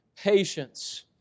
patience